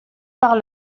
par